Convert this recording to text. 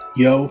yo